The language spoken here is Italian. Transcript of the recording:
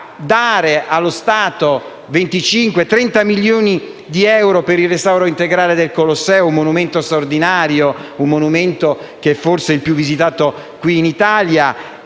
dare allo Stato 25, 30 milioni di euro per il restauro integrale del Colosseo, un monumento straordinario, forse il più visitato in Italia.